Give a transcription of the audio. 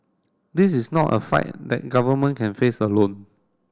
this is not a fight that government can face alone